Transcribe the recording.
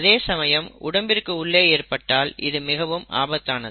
அதேசமயம் உடம்பிற்கு உள்ளே ஏற்பட்டால் இது மிகவும் ஆபத்தானது